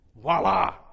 voila